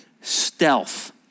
stealth